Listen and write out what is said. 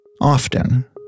Often